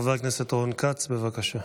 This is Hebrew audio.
חבר הכנסת רון כץ, בבקשה.